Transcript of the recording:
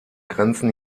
grenzen